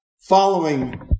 following